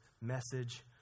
message